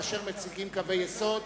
כאשר מציגים קווי יסוד,